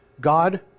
God